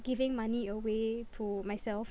giving money away to myself